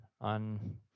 on